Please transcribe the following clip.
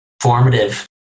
formative